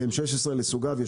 ב-M16 לסוגיו,